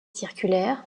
circulaire